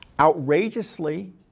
outrageously